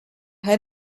had